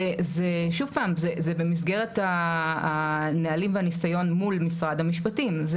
שוב, זה במסגרת הנהלים והניסיון מול משרד המשפטים.